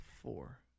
four